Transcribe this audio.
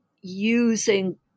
using